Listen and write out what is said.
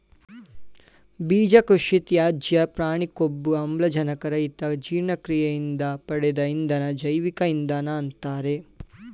ಬೀಜ ಕೃಷಿತ್ಯಾಜ್ಯ ಪ್ರಾಣಿ ಕೊಬ್ಬು ಆಮ್ಲಜನಕ ರಹಿತ ಜೀರ್ಣಕ್ರಿಯೆಯಿಂದ ಪಡೆದ ಇಂಧನ ಜೈವಿಕ ಇಂಧನ ಅಂತಾರೆ